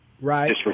Right